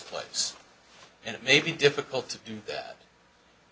place and it may be difficult to do that